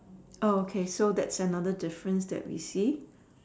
oh okay that's another difference that we see